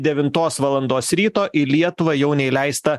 devintos valandos ryto į lietuvą jau neįleista